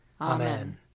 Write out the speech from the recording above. Amen